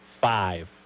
five